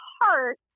heart